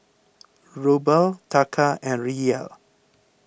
Ruble Taka and Riel